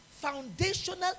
foundational